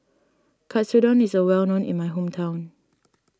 Katsudon is well known in my hometown